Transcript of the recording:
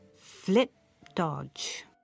Flip-dodge